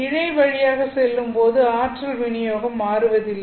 இழை வழியாக செல்லும்போது ஆற்றல் வினியோகம் மாறுவதில்லை